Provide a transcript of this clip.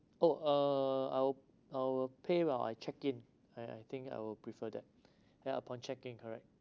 oh uh I will I will pay while I check in I I think I will prefer that then upon check in correct